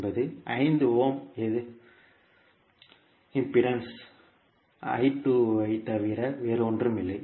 என்பது 5 எதிர்ப்பில் I2 ஐத் தவிர வேறில்லை